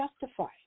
justify